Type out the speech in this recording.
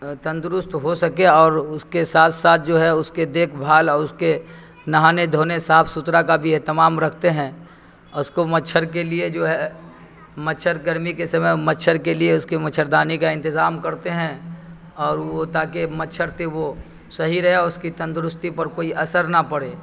تندرست ہو سکے اور اس کے ساتھ ساتھ جو ہے اس کے دیکھ بھال اور اس کے نہانے دھونے صاف ستھرا کا بھی اہتمام رکھتے ہیں اس کو مچھر کے لیے جو ہے مچھر گرمی کے سمے مچھر کے لیے اس کے مچھردانی کا انتظام کرتے ہیں اور وہ تاکہ مچھر سے وہ صحیح رہے اور اس کی تندرستی پر کوئی اثر نہ پڑے